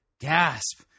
gasp